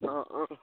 অঁ অঁ